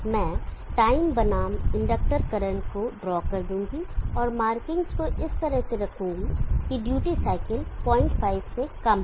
मैं टाइम बनाम inductor current को ड्रॉ कर दूंगा और मार्किंगस को इस तरह से रखूंगा कि ड्यूटी साइकिल 05 से कम हो